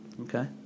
Okay